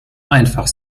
einfach